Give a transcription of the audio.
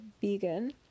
vegan